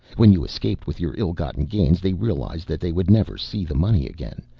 when you escaped with your ill-gotten gains they realized that they would never see the money again.